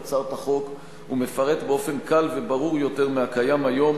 הצעות החוק ומפרט באופן קל וברור יותר מהקיים היום